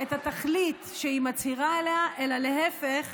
את התכלית שהיא מצהירה עליה, אלא להפך,